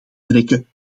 trekken